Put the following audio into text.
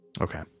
Okay